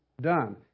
done